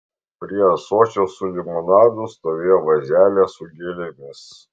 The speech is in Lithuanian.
prie ąsočio su limonadu stovėjo vazelė su gėlėmis